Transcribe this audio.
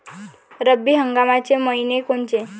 रब्बी हंगामाचे मइने कोनचे?